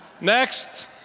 Next